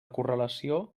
correlació